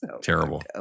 Terrible